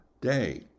day